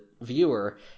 viewer